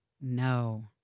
No